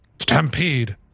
stampede